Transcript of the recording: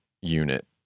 unit